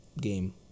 game